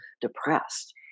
depressed